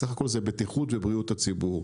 בסך הכול זו בטיחות ובריאות הציבור.